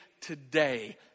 today